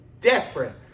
different